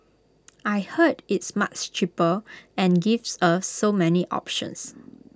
I heard it's much cheaper and gives us so many options